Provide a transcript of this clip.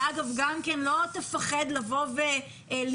שאגב, גם כן לא תפחד לבוא ולהירשם.